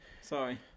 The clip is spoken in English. Sorry